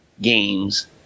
games